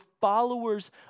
followers